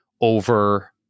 over